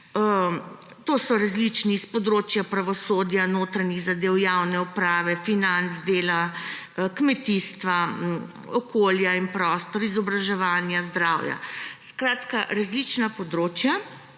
To so s področja pravosodja, notranjih zadev, javne uprave, financ, dela, kmetijstva, okolja in prostor, izobraževanja, zdravja. Skratka, različna področja.